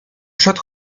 przed